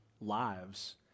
lives